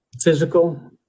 physical